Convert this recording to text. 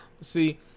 See